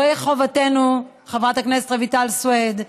זוהי חובתנו, חברת הכנסת רויטל סויד,